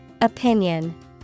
Opinion